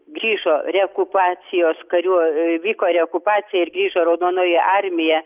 grįžo reokupacijos karių vyko reokupacija ir grįžo raudonoji armija